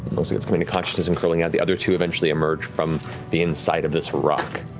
looks like it's coming to consciousness and curling out. the other two eventually emerge from the inside of this rock.